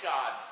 God